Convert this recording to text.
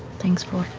thanks, fjord.